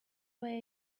wear